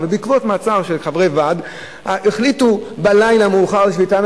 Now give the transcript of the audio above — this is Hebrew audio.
אבל בעקבות מעצר של חברי ועד החליטו מאוחר בלילה על שביתה.